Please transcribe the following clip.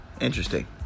Interesting